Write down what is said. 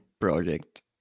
project